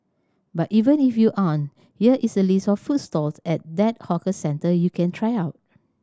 but even if you aren't here is a list of food stalls at that hawker centre you can try out